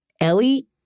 Ellie